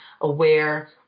aware